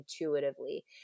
intuitively